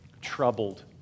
troubled